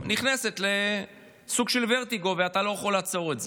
נכנסת לסוג של ורטיגו ואתה לא יכול לעצור את זה?